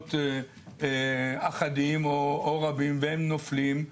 רעיונות אחדים או רבים והם נופלים.